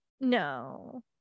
No